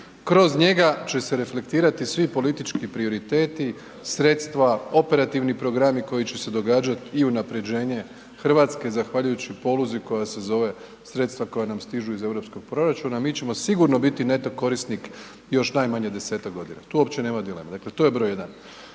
Kroz njega će se reflektirati svi politički prioriteti, sredstva, operativni programi koji će se događati i unaprjeđenje Hrvatske zahvaljujući poluzi koja se zove sredstva koja nam stižu iz europskog proračuna, mi ćemo sigurno biti .../Govornik se ne razumije./... korisnik još najmanje 10-ak godina, tu uopće nema dileme, dakle to broj jedan.